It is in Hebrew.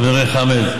חברי חמד,